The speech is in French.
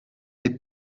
les